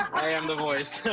i am the voice.